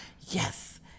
Yes